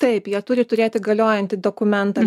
taip jie turi turėti galiojantį dokumentą